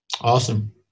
Awesome